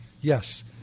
Yes